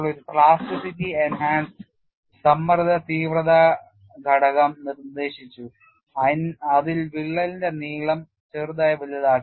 ഒരു plasticity enhanced സമ്മർദ്ദ തീവ്രത ഘടകം നിർദ്ദേശിച്ചു അതിൽ വിള്ളലിന്റെ നീളം ചെറുതായി വലുതാക്കി